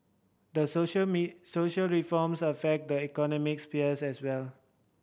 the social me social reforms affect the economic sphere as well